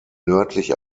nördlich